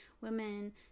women